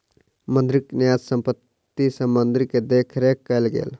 मंदिरक न्यास संपत्ति सॅ मंदिर के देख रेख कएल गेल